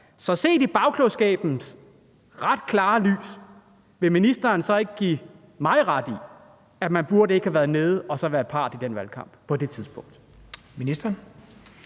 set i bagklogskabens klare lys ikke give mig ret i, at man ikke burde have været dernede og været part i den valgkamp på det tidspunkt?